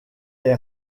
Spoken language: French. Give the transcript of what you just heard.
est